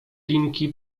linki